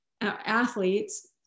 athletes